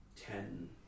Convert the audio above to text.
ten